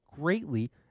greatly